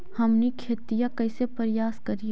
हमनी खेतीया कइसे परियास करियय?